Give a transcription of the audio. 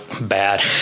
bad